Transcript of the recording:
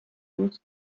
بود